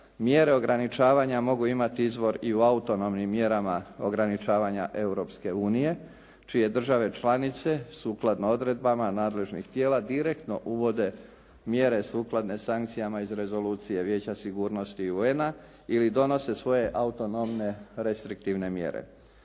mjere ograničavanja mogu imati izvor i u autonomnim mjerama ograničavanja Europske unije čije države članice sukladno odredbama nadležnih tijela direktno uvode mjere sukladne sankcijama iz rezolucije Vijeća sigurnosti UN-a ili donose svoje autonomne restriktivne mjere.